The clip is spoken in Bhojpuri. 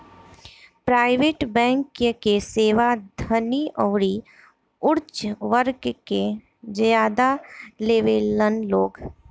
प्राइवेट बैंक के सेवा धनी अउरी ऊच वर्ग के ज्यादा लेवेलन लोग